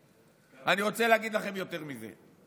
אני רוצה להגיד לכם יותר מזה: